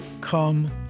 Come